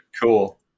Cool